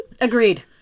Agreed